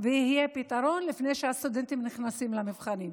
ויהיה פתרון לפני שהסטודנטים נכנסים למבחנים.